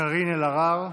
קארין אלהרר,